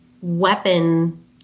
weapon